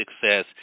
success